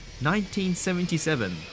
1977